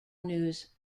news